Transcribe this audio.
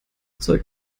zeug